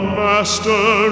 master